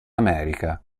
america